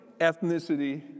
ethnicity